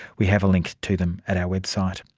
we have a link to them at our website.